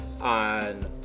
on